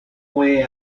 way